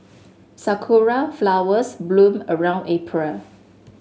sakura flowers bloom around April